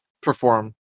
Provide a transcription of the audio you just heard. perform